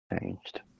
changed